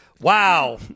Wow